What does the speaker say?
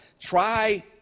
Try